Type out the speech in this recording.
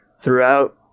throughout